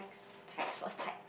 kind or type